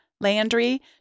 Landry